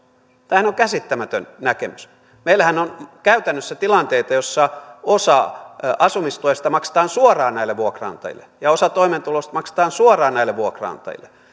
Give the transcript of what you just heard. tämähän on käsittämätön näkemys meillähän on käytännössä tilanteita joissa osa asumistuesta maksetaan suoraan näille vuokranantajille ja osa toimeentulotuesta maksetaan suoraan näille vuokranantajille